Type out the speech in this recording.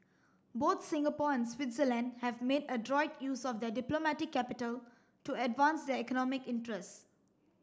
both Singapore and Switzerland have made adroit use of their diplomatic capital to advance their economic interests